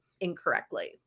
incorrectly